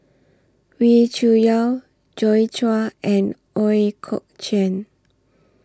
Wee Cho Yaw Joi Chua and Ooi Kok Chuen